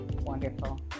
wonderful